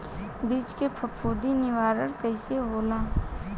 बीज के फफूंदी निवारण कईसे होला?